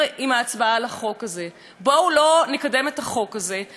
בואו לא נקדם את החוק הזה עד שלא תינתן חלופה.